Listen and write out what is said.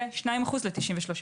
ל-93%.